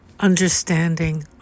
understanding